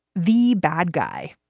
the bad guy,